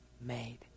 made